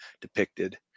depicted